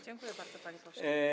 Dziękuję bardzo, panie pośle.